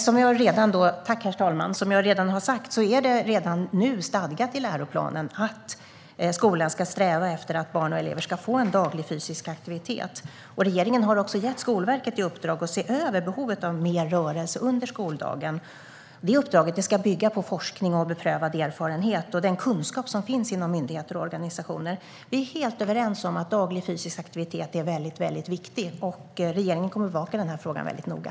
Herr talman! Som jag sa är det redan nu stadgat i läroplanen att skolan ska sträva efter att barn och elever ska få daglig fysisk aktivitet. Regeringen har också gett Skolverket i uppdrag att se över behovet av mer rörelse under skoldagen. Detta arbete ska bygga på forskning och beprövad erfarenhet samt den kunskap som finns inom myndigheter och organisationer. Vi är helt överens om att daglig fysisk aktivitet är något väldigt viktigt. Regeringen kommer att bevaka den här frågan väldigt noga.